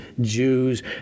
Jews